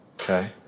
Okay